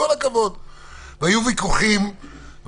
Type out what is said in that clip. כל הקואליציה כולל האופוזיציה אמרו שנכון לעשות את זה,